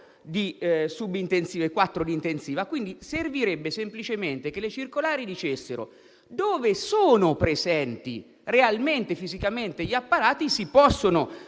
di subintensiva e quattro di intensiva. Servirebbe, quindi, semplicemente che le circolari dicano che, dove sono presenti realmente e fisicamente gli apparati, si possono